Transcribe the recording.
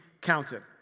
counted